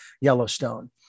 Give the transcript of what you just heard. Yellowstone